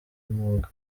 umwuga